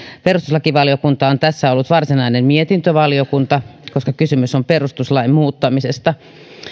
perustuslakivaliokunta on tässä ollut varsinainen mietintövaliokunta koska kysymys on perustuslain muuttamisesta